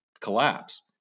collapse